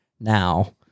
now